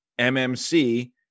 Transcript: MMC